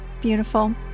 Beautiful